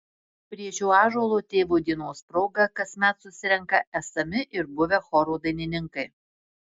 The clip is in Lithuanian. prie šio ąžuolo tėvo dienos proga kasmet susirenka esami ir buvę choro dainininkai